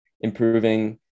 improving